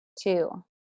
two